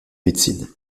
médecine